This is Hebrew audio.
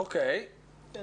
זאת אומרת,